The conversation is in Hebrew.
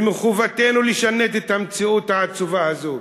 ומחובתנו לשנות את המציאות העצובה הזאת.